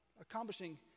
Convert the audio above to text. accomplishing